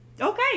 okay